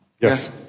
Yes